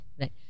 Right